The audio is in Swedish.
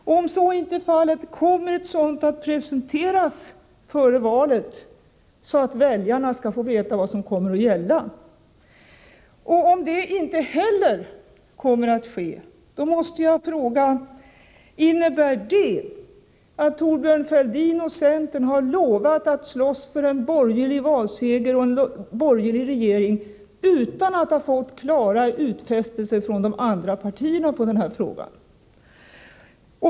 Och om något sådant program inte finns, kommer ett sådant att presenteras före valet, så att väljarna skall få veta vad som kommer att gälla? Om vidare inte heller det kommer att ske måste jag fråga: Innebär det att Thorbjörn Fälldin och centern har lovat att slåss för en borgerlig valseger och en borgerlig regering utan att ha fått klara utfästelser från de andra partierna i den här frågan?